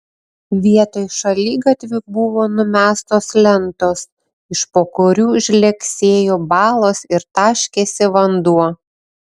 vietoj šaligatvių buvo numestos lentos iš po kurių žlegsėjo balos ir taškėsi vanduo